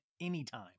anytime